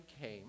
came